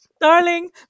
darling